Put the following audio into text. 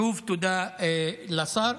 שוב תודה לשר.